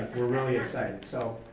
really excited. so